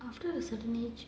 after a certain age